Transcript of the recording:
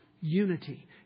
unity